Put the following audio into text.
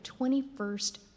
21st